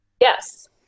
Yes